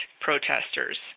protesters